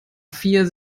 vier